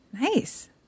Nice